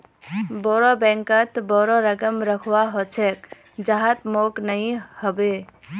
बोरो बैंकत बोरो रकम रखवा ह छेक जहात मोक नइ ह बे